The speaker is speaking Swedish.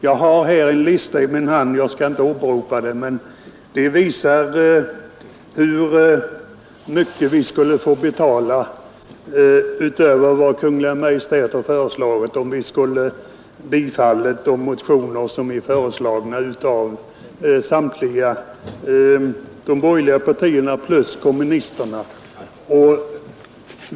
Jag har en lista i min hand — jag skall inte åberopa den, men den visar hur mycket vi skulle få betala utöver vad Kungl. Maj:t har föreslagit om vi skulle bifalla förslagen i de motioner som väckts av samtliga borgerliga partier och kommunisterna.